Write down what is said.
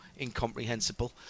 incomprehensible